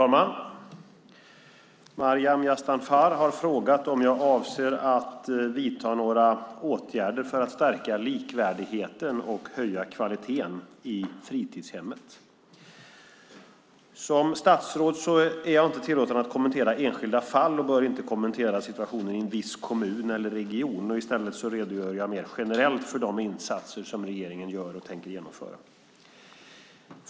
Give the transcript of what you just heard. Fru talman! Maryam Yazdanfar har frågat om jag avser att vidta några åtgärder för att stärka likvärdigheten och höja kvaliteten i fritidshemmen. Som statsråd är jag inte tillåten att kommentera enskilda fall och bör inte kommentera situationen i en viss kommun eller region. I stället redogör jag mer generellt för de insatser som regeringen gör och tänker genomföra.